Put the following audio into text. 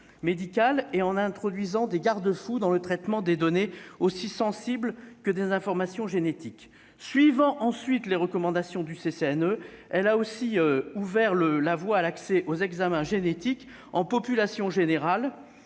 médicales et en introduisant des garde-fous dans le traitement de données aussi sensibles que les informations génétiques. Suivant les recommandations du CCNE, elle a aussi ouvert la voie à un accès aux examens génétiques en population générale